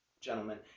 gentlemen